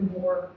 more